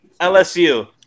LSU